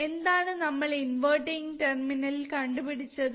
എന്താണ് നമ്മൾ ഇൻവെർട്ടിങ് ടെർമിനേളിൽ കണ്ടുപിടിച്ചത്